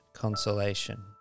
Consolation